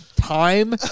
time